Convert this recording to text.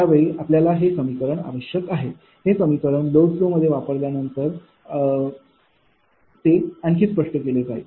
त्या वेळी आपल्याला हे समीकरण आवश्यक आहे हे समीकरण लोड फ्लो मध्ये वापरल्यानंतर आणखी स्पष्ट केले जाईल